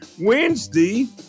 Wednesday